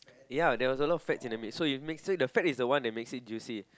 ya there was a lot of fats in the midst so you it makes it the fat is the one that makes it juicy